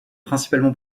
principalement